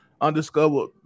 Undiscovered